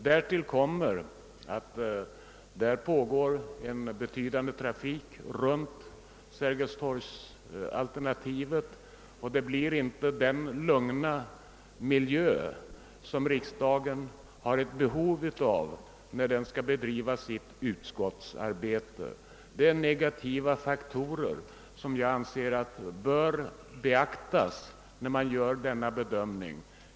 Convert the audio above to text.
Därtill kommer den omfattande trafik som pågår runt omkring det föreslagna byggnadsalternativet vid Sergels torg. Där kan det därför inte bli den lugna miljö som riksdagen har behov av när den skall utföra sitt utskottsarbete och fullgöra andra uppgifter. Detta är negativa faktorer som jag anser att det är nödvändigt att beakta när man gör denna bedömning.